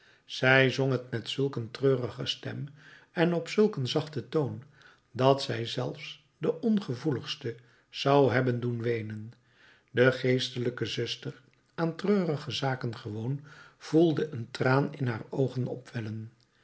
zij zong het met zulk een treurige stem en op zulk een zachten toon dat zij zelfs den ongevoeligste zou hebben doen weenen de geestelijke zuster aan treurige zaken gewoon voelde een traan in haar oogen opwellen